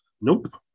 Nope